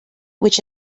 which